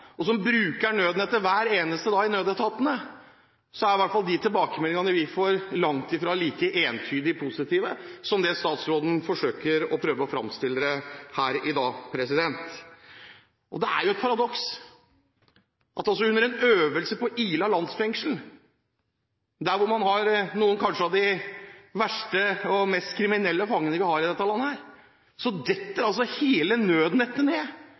og som bruker nødnettet hver eneste dag i nødetatene, er i hvert fall de tilbakemeldingene vi får, langt fra like entydig positive som statsråden prøver å fremstille det som her i dag. Det er et paradoks at på Ila landsfengsel, hvor man har noen av de kanskje verste og mest kriminelle fangene vi har i dette landet, detter hele nødnettet ned når nødetatene skal ha en øvelse der. Og så